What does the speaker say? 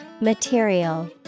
Material